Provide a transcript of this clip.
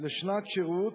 לשנת שירות,